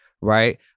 right